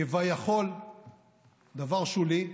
כביכול דבר שולי,